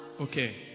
Okay